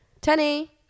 Tenny